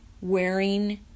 wearing